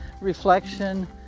reflection